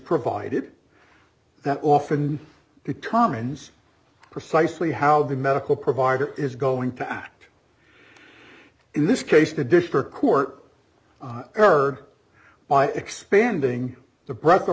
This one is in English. provided that often determines precisely how the medical provider is going to act in this case the dish her court heard by expanding the br